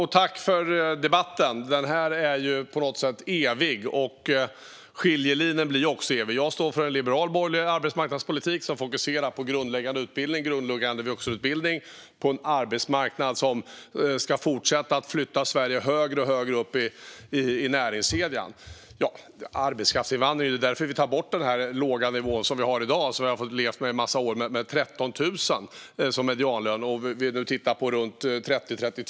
Herr ålderspresident! Jag tackar för debatten. Den är evig liksom skiljelinjen. Jag står för en liberal, borgerlig arbetsmarknadspolitik som fokuserar på grundutbildning, vuxenutbildning och en arbetsmarknad som ska fortsätta att flytta Sverige högre upp i näringskedjan. När det gäller arbetskraftsinvandringen tar vi bort dagens låga nivå som vi har levt med i en massa år med 13 000 som medianlön och tittar på 30 000-32 000.